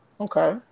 okay